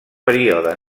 període